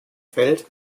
fällt